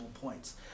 points